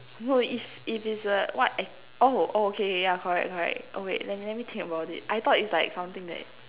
no if if it's a what act~ oh oh okay okay yeah correct correct oh wait let me let me think about it I thought is like something that